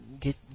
get